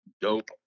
dope